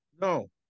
no